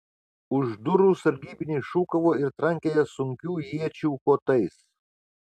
už durų sargybiniai šūkavo ir trankė jas sunkių iečių kotais